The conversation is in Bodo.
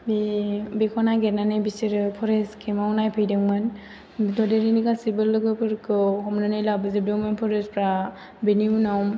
बिखौ नागिरनानै बिसोरो फरेस्ट केम्पआव नायफैदोंमोन ददेरेनि गासैबो लोगोफोरखौ हमनानै लाबोजोबदोंमोन फरेस्टारफोरा बेनि उनाव